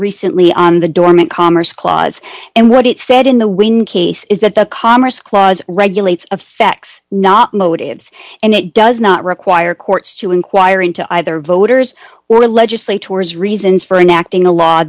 recently on the dormant commerce clause and what it said in the when case is that the commerce clause regulates affects not motives and it does not require courts to inquire into either voters or legislators reasons for enacting a law